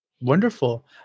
Wonderful